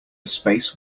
space